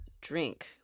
drink